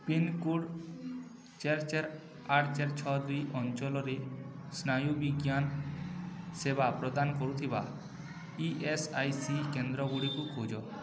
pincode ଚାରି ଚାରି ଆଠ ଚାରି ଛଅ ଦୁଇ ଅଞ୍ଚଳରେ ସ୍ନାୟୁବିଜ୍ଞାନ ସେବା ପ୍ରଦାନ କରୁଥିବା ଇ ଏସ୍ ଆଇ ସି କେନ୍ଦ୍ରଗୁଡ଼ିକ ଖୋଜ